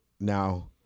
Now